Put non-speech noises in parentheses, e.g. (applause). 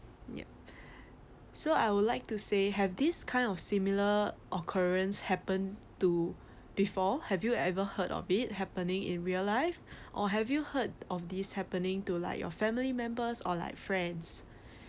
yup (breath) so I would like to say have this kind of similar occurrence happen to before have you ever heard of it happening in real life or have you heard of this happening to like your family members or like friends (breath)